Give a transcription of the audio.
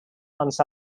months